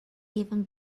even